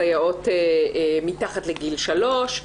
סייעות מתחת לגיל 3,